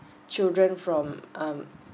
children from um